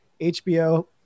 HBO